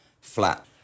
flat